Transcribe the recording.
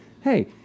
Hey